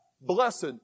Blessed